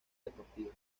deportiva